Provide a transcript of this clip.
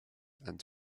and